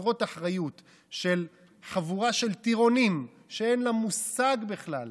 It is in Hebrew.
חסרות אחריות של חבורה של טירונים שאין לה מושג בכלל,